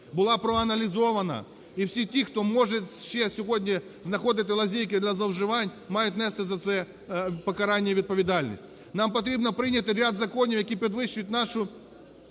була проаналізована. І всі ті, хто може ще сьогодні знаходити лазейки для зловживань, мають нести за це покарання і відповідальність. Нам потрібно прийняти ряд законів, які підвищують нашу